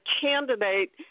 candidate